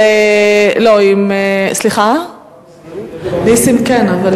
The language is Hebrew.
נסים זאב,